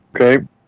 Okay